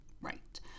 right